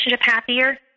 happier